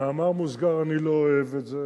במאמר מוסגר, אני לא אוהב את זה,